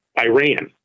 Iran